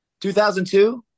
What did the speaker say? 2002